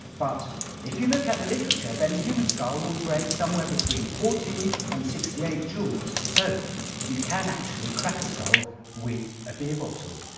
but if you look at the literature, then a human skull will break somewhere between fourteen and sixty eight joules. so you can actually crack a skull with a beer bottle.